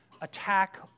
attack